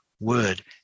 word